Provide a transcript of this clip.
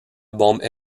bombes